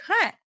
cut